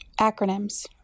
Acronyms